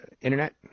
internet